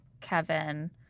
Kevin—